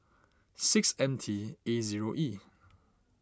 six M T A zero E